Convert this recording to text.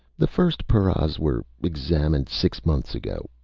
the first paras were examined six months ago,